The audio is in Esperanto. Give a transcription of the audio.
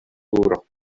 turo